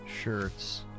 shirts